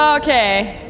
um okay.